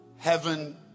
Heaven